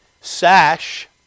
sash